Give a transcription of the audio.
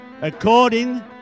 according